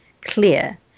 clear